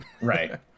right